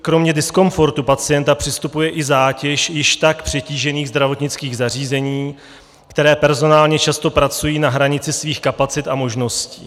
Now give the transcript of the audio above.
Kromě diskomfortu pacienta přistupuje i zátěž již tak přetížených zdravotnických zařízení, která personálně často pracují na hranici svých kapacit a možností.